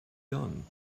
done